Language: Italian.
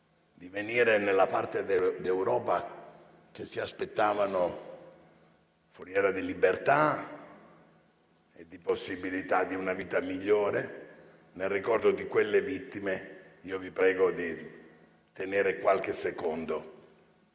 di venire nella parte dell'Europa che si aspettavano foriera di libertà e di possibilità di una vita migliore, nel ricordo di quelle vittime, vi prego di osservare un